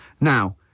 Now